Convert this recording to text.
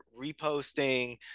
reposting